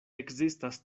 ekzistas